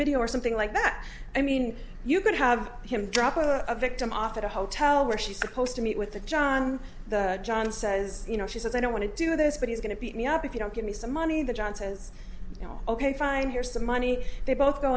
video or something like that i mean you could have him drop a victim off at a hotel where she's supposed to meet with the john john says you know she says i don't want to do this but he's going to beat me up if you don't give me some money that john says ok fine here's the money they both go